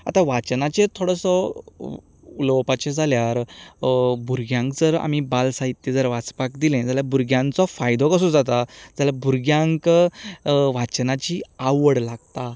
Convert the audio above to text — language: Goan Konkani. आतां वाचनाचेर थोडोसो उलोवपाचें जाल्यार भुरग्यांक जर आमी बाल साहित्य वाचपाक दिलें जाल्यार भुरग्यांचो फायदो कसो जाता जाल्यार भुरग्यांक वाचनाची आवड लागता